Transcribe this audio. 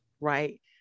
right